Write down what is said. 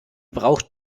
braucht